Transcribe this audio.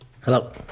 Hello